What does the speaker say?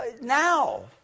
now